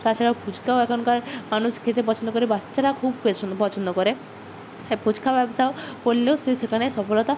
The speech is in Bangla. তাছাড়াও ফুচকাও এখনকার মানুষ খেতে পছন্দ করে বাচ্চারা খুব পেছন্দ পছন্দ করে ফুচকা ব্যবসাও করলেও সে সেখানে সফলতা